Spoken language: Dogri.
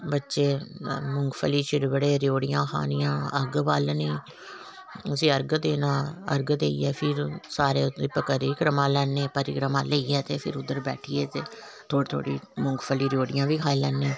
बच्चे मुंगफली रेबड़ियां खानियां अग्ग बालनी फिह् अर्घ देना अर्घ देइयै फिर सारे चुप करियै परिक्रमा लेने परिक्रमा लेइयै ते फिर उद्धर बैठियै ते थोह्ड़ी थोह्ड़ी मुंगफली रेबड़ियां बी खाई लैने